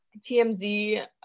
TMZ